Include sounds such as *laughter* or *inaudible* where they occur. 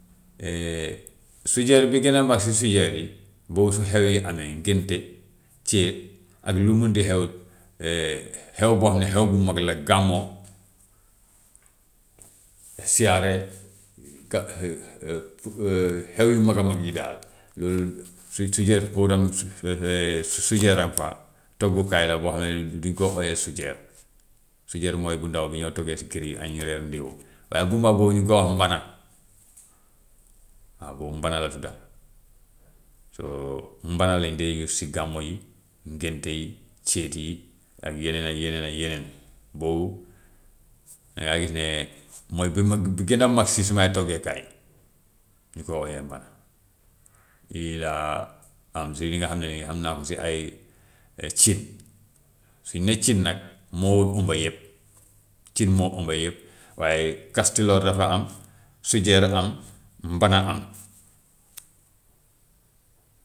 *hesitation* sujeet bi gën a mag si sujeet yi boobu su xew yi amee, ngénte, céet ak lu mun di xew *hesitation* xew boo xam ne xew bu mag la gàmmo; siyaare, ga- *hesitation* xew yu mag a mag yi daal *hesitation* su- sujeet boobu tamit *hesitation* sujeet a nga fa, toogukaay la boo xam ne bi du ñu ko ooyee sujeet, sujeet mooy bu ndax bu ñoo toggee si kër yi añ, reer, ndewó. Waaye bu mag boobu ñu ngi koy wax mbana, waaw boobu mbana la tudda. So mbana lañ dee use si gàmmu yi, ngénte yi, céet yi ak yeneen ak yeneen ak yeneen. Boobu dangay gis ne mooy bi mag bi gën a mag si sumay toggeekaay yi ñu koy ooyee mbana. Yooyu laa xam si yi nga xam ne ni xam naa ko si ay cin. Su ñu nee cin nag moo umba yëpp, cin moo umba yëpp, waaye kastiloor dafa am, sujeet am, mbana am.